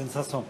בן-ששון.